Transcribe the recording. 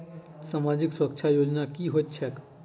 सामाजिक सुरक्षा योजना की होइत छैक?